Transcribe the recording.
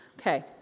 Okay